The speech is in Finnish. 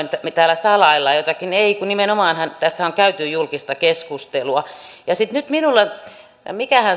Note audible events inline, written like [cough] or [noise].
[unintelligible] että me täällä salailemme jotakin ei kun nimenomaanhan tässä on käyty julkista keskustelua ja mitähän